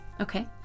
okay